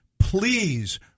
Please